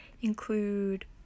include